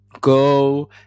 go